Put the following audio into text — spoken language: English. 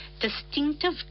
distinctive